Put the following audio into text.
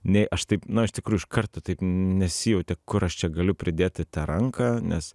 nei aš taip nu aš tikrų iš karto taip nesijautė kur aš čia galiu pridėti tą ranką nes